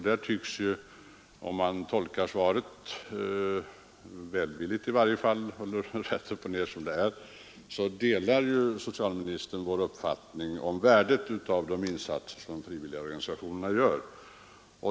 Där tycks det ju — om man tolkar svaret så att säga rätt upp och ner — som om socialministern delar vår uppfattning om värdet av de insatser som frivilligorganisationerna gör.